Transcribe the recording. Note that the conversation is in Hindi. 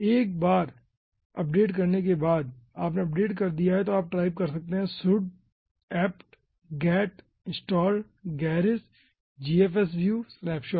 अब एक बार अपडेट करने के बाद आपने अपडेट कर दिया है तो आप टाइप कर सकते हैं sud apt get install Gerris gfsview snapshot